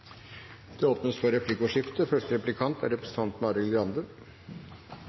Det åpnes for replikkordskifte. Eg er heilt einig med representanten